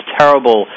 terrible